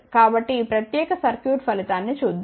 కాబట్టి ఈ ప్రత్యేక సర్క్యూట్ ఫలితాన్ని చూద్దాం